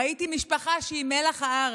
ראיתי משפחה שהיא מלח הארץ.